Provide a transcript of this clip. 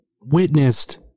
witnessed